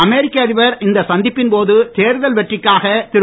அமெரிக்க அதிபர் இந்த சந்திப்பின்போது தேர்தல் வெற்றிக்காக திரு